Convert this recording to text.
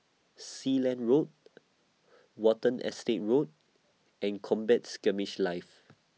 Sealand Road Watten Estate Road and Combat Skirmish Live